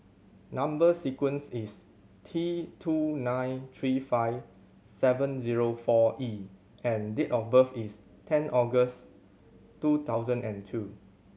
number sequence is T two nine three five seven zero four E and date of birth is ten August two thousand and two